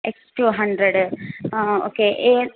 X two hundred ah okay A